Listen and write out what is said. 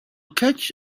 catch